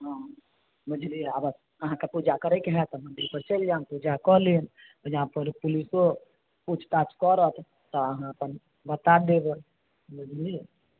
हँ बुझलियै आब अहाँके पूजा करैके हए तऽ मन्दिर पर चलि जाएब पूजा कऽ लेब ओइजा पर पुलिसो पूछताछ करत तऽ अहाँ अपन बता देबै बुझलियै